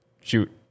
Shoot